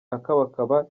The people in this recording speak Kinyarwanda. akabakaba